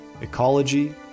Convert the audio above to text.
ecology